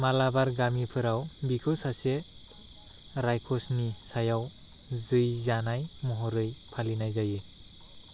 मालाबार गामिफोराव बिखौ सासे रायखसनि सायाव जै जानाय महरै फालिनाय जायो